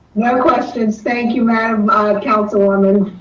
no questions. thank you, madam um councilwoman.